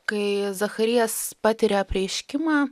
kai zacharijas patiria apreiškimą